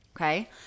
okay